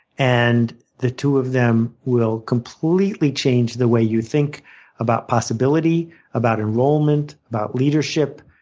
and the two of them will completely change the way you think about possibility, about enrollment, about leadership.